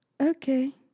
okay